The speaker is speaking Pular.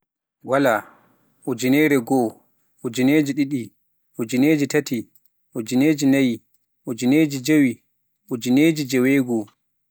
waala, ujinere goo, ujineje ɗiɗi, ujineje taati, ujineje naayi, ujineje jeewi, ujineje jeewegoo.